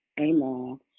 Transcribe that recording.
amen